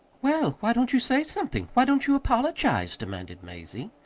well, why don't you say something? why don't you apologize? demanded mazie.